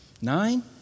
Nine